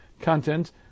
content